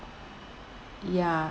ya